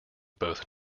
both